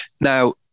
Now